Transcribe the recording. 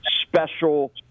special